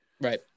Right